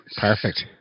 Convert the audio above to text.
Perfect